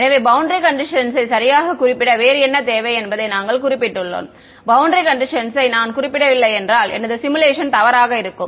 எனவே பௌண்டரி கண்டிஷன்ஸை சரியாகக் குறிப்பிட வேறு என்ன தேவை என்பதை நாங்கள் குறிப்பிட்டுள்ளோம் பௌண்டரி கண்டிஷன்ஸை நான் குறிப்பிடவில்லை என்றால் எனது சிமுலேஷன் தவறாக இருக்கும்